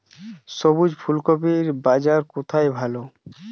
সবুজ ফুলকপির বাজার কোথায় ভালো?